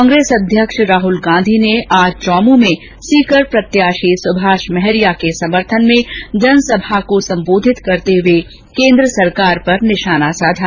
कांग्रेस अध्यक्ष राहल गांधी ने आज चौमूं में सीकर प्रत्याशी सुभाष महरिया के समर्थन में जनसभा को संबोधित करते हुए केंद्र सरकार पर निशाना साधा